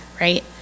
right